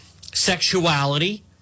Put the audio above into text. sexuality